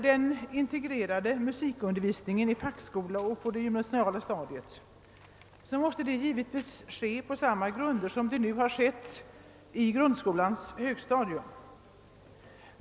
Den integrerade musikundervisningen i fackskolan och på det gymnasiala stadiet måste givetvis ske på samma grunder som nu tillämpas på grundskolans högstadium.